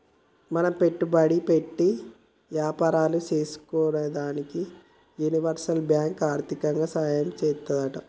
మనం పెట్టుబడి పెట్టి యాపారాలు సేసుకునేదానికి యూనివర్సల్ బాంకు ఆర్దికంగా సాయం చేత్తాదంట